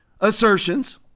assertions